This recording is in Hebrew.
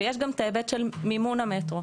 ויש גם את ההיבט של מימון המטרו,